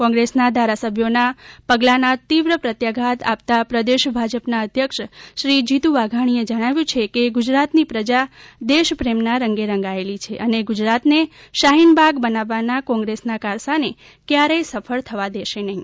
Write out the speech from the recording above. કોંગ્રેસના ધારાસભ્યોના પ ગલાંના તીવ્ર પ્રત્યાઘાત આપતા પ્રદેશ ભાજપના અધ્યક્ષશ્રી જીતુ વાઘાણીએ જણાવ્યું છે કે ગુજરાતની પ્રજા દેશ પ્રેમના રંગે રંગાયેલી છે અને ગુજરાતને શાહીનબાગ બનાવવાના કોંગ્રેસના કારસાને ક્યારેય સફળ થવા દેશે નહિ